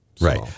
right